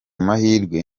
mahirwe